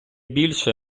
більше